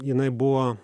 jinai buvo